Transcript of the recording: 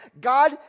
God